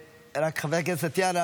חברת הכנסת טטיאנה,